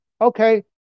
okay